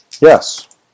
Yes